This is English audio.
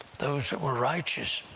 those that were righteous,